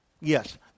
Yes